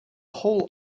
whole